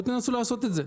נסו לעשות את זה.